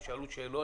הם שאלו שאלות,